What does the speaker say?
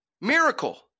Miracle